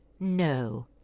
no!